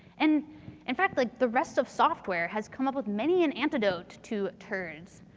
and in fact like the rest of software has come up with many an antidote to turds.